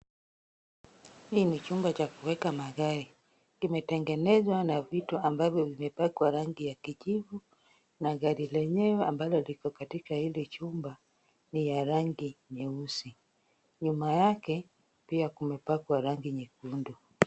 Hiki ni chumba cha kuweka magari. Kimetengenezwa na vitu ambavyo vimepakwa rangi ya kijivu na gari lenyewe ambalo liko katika hili chumba ni la rangi nyeusi. Nyuma yake pia kumepakwa rangi nyekundu.